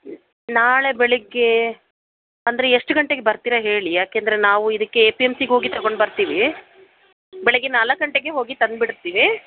ನಾಳೆ ಬೆಳಿಗ್ಗೆ ಅಂದರೆ ಎಷ್ಟು ಗಂಟೆಗೆ ಬರ್ತೀರಾ ಹೇಳಿ ಯಾಕೇಂದರೆ ನಾವು ಇದಕ್ಕೆ ಎ ಪಿ ಎಂ ಸಿಗೋಗಿ ತಗೊಂಡು ಬರ್ತೀವಿ ಬೆಳಗ್ಗೆ ನಾಲ್ಕು ಗಂಟೆಗೇ ಹೋಗಿ ತಂದುಬಿಡ್ತೀವಿ